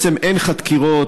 בעצם אין חקירות,